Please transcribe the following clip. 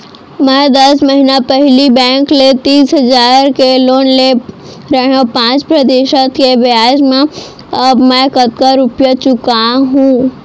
मैं दस महिना पहिली बैंक ले तीस हजार के लोन ले रहेंव पाँच प्रतिशत के ब्याज म अब मैं कतका रुपिया चुका हूँ?